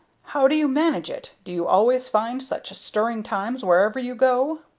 how do you manage it? do you always find such stirring times wherever you go?